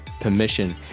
permission